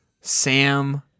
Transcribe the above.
Sam